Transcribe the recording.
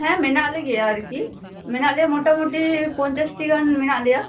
ᱦᱮᱸ ᱢᱮᱱᱟᱜ ᱞᱮᱜᱮᱭᱟ ᱟᱨᱠᱤ ᱢᱮᱱᱟᱜ ᱞᱮᱭᱟ ᱢᱳᱴᱟ ᱢᱩᱴᱤ ᱯᱚᱧᱪᱟᱥ ᱴᱤ ᱜᱟᱱ ᱢᱮᱱᱟᱜ ᱞᱮᱭᱟ